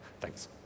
Thanks